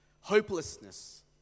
hopelessness